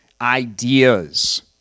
ideas